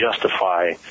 justify